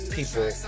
People